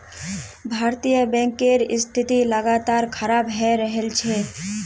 भारतीय बैंकेर स्थिति लगातार खराब हये रहल छे